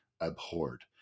abhorred